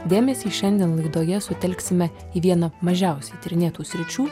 dėmesį šiandien laidoje sutelksime į vieną mažiausiai tyrinėtų sričių